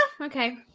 Okay